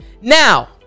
Now